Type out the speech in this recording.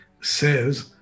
says